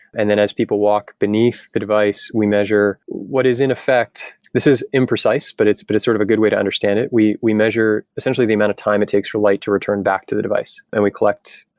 and then as people walk beneath the device, we measure what is in effect. this is imprecise, but it's but sort of a good way to understand it. we we measure essentially the amount of time it takes for light to return back to the device and we collect i